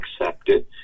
accepted